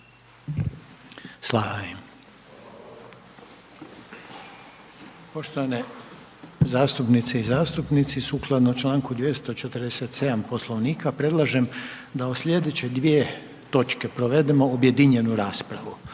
šutnje/… Poštovane zastupnice i zastupnici, sukladno čl. 247. Poslovnika predlažem da o slijedeće dvije točke provedemo objedinjenu raspravu,